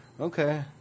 Okay